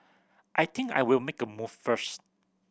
I think I'll make a move first